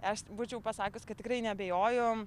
aš būčiau pasakius kad tikrai neabejoju